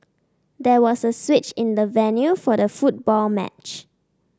there was a switch in the venue for the football match